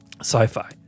sci-fi